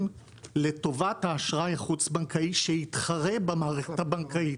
לטובת האשראי החוץ בנקאי שיתחרה במערכת הבנקאית.